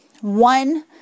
One